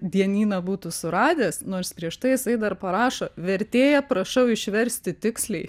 dienyną būtų suradęs nors prieš tai jisai dar parašo vertėją prašau išversti tiksliai